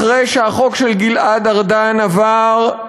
אחרי שהחוק של גלעד ארדן עבר,